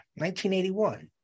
1981